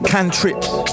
Cantrips